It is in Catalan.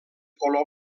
color